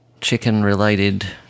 chicken-related